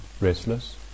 restless